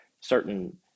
certain